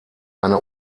eine